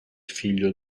figlio